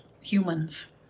humans